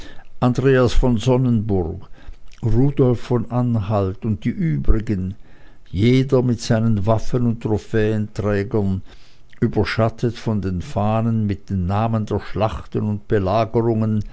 andreas von sonnenburg rudolf von anhalt und die übrigen jeder mit seinen waffen und trophäenträgern überschattet von den fahnen mit den namen der schlachten und belagerungen